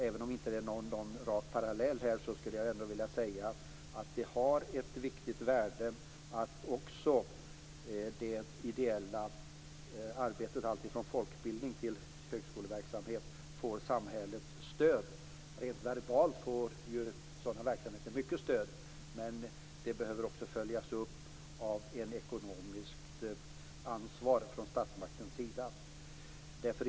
Även om det inte är någon rak parallell skulle jag vilja säga att det har ett viktigt värde att också det ideella arbetet, alltifrån folkbildning till högskoleverksamhet, får samhällets stöd. Rent verbalt får sådana verksamheter mycket stöd, men det behöver också följas upp av ett ekonomiskt ansvar från statsmaktens sida.